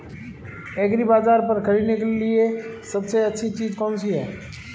एग्रीबाज़ार पर खरीदने के लिए सबसे अच्छी चीज़ कौनसी है?